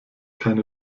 keine